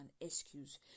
excuse